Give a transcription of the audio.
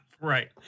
right